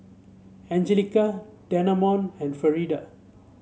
Anjelica Dameon and Frieda